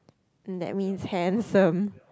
that means handsome